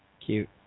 Cute